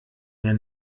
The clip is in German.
mehr